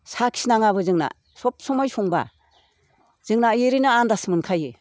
साखि नाङाबो जोंना सब समय संबा जोंना ओरैनो आन्दास मोनखायो